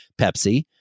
Pepsi